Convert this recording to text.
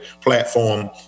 platform